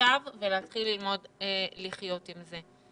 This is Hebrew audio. עכשיו ולהתחיל ללמוד לחיות עם זה.